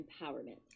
empowerment